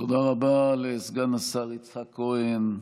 תודה רבה לסגן השר יצחק כהן,